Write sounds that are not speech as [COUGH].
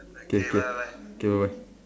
K K [NOISE] K bye bye